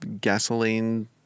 gasoline